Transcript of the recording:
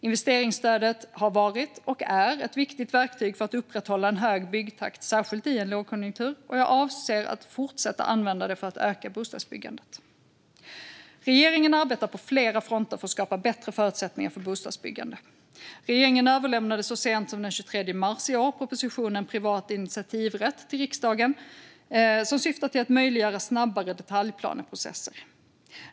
Investeringsstödet har varit och är ett viktigt verktyg för att upprätthålla en hög byggtakt, särskilt i en lågkonjunktur, och jag avser att fortsätta använda det för att öka bostadsbyggandet. Regeringen arbetar på flera fronter för att skapa bättre förutsättningar för bostadsbyggande. Regeringen överlämnade så sent som den 23 mars i år propositionen Privat initiativrätt till riksdagen som syftar till att möjliggöra snabbare detaljplaneprocesser.